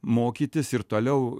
mokytis ir toliau